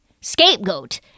scapegoat